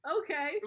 Okay